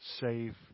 save